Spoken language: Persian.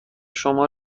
شما